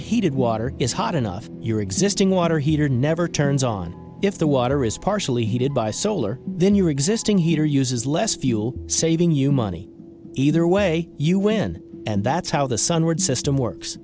heated water is hot enough your existing water heater never turns on if the water is partially heated by solar then your existing heater uses less fuel saving you money either way you win and that's how the sunward system works